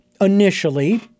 initially